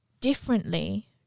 differently